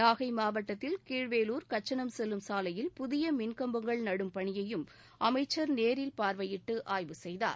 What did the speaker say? நாகை மாவட்டத்தில் கீழவேலூர் கச்சனம் செல்லும் சாலையில் புதிய மின் கம்பங்கள் நடும் பணியையும் அமைச்சர் நேரில் பார்வையிட்டு ஆய்வு செய்தார்